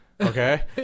Okay